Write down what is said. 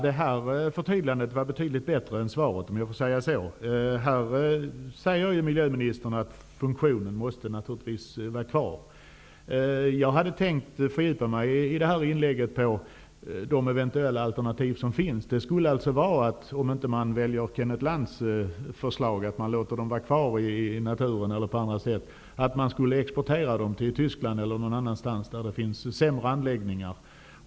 Herr talman! Förtydligandet var betydligt bättre än svaret, om jag får säga så. Här säger miljöministern att funktionen måste vara kvar. Jag hade i det här inlägget tänkt fördjupa mig i de eventuella alternativ som finns. Det skulle, om man inte väljer Kenneth Lantz förslag att låta batterierna vara kvar i naturen, vara att exportera dem till Tyskland eller någon annanstans, där det finns sämre anläggningar.